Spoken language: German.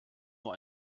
nur